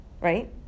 right